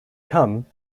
come